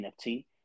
nft